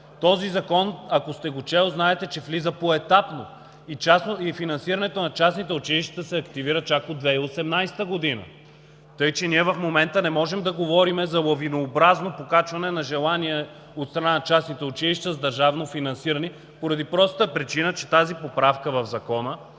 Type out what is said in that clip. Този Закон, ако сте го чел, знаете, че влиза поетапно и финансирането на частните училища се активира чак от 2018 г. Така че ние в момента не можем да говорим за лавинообразно покачване на желания от страна на частните училища с държавно финансиране, поради простата причина, че тази поправка в Закона,